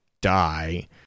die